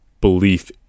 belief